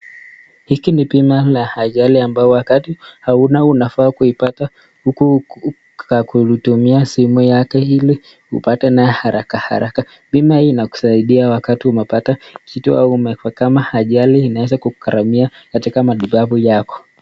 Hiki ni bima la ajali ambapo wakati hauna unafaa kuipata huku ukitumia simu yako ili upate na haraka haraka. Bima hii inakusaidia wakati umepata kitu au kama ajali inaweza kukugharamia katika matibabu yako.